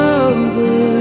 over